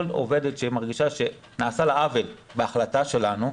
כל עובדת שמרגישה שנעשה לה עוול בהחלטה שלנו,